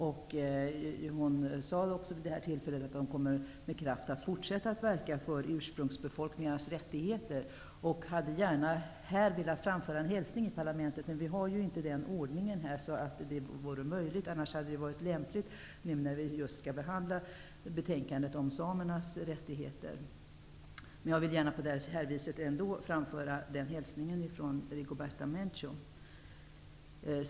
Vid den här träffen sade hon också att hon med kraft kommer att fortsätta verka för ursprungsbefolkningars rättigheter och hade gärna här i parlamentet framfört en hälsning. Vi har ju inte den tingens ordning här, så det skulle vara möjligt. Det skulle annars ha varit lämpligt, när vi nu skall behandla betänkandet om samernas rättigheter. Jag vill gärna på det här viset ändå framföra Rigoberta Menchús hälsning.